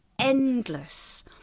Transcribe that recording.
endless